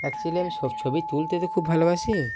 actually আমি সব ছবি তুলতে তো খুব ভালোবাসি